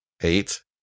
Eight